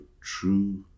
true